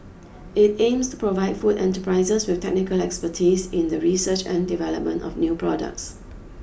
it aims to provide food enterprises with technical expertise in the research and development of new products